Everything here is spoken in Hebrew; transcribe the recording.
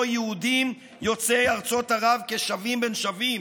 יהודים יוצאי ארצות ערב כשווים בין שווים,